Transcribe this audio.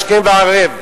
השכם והערב,